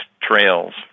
trails